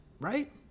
right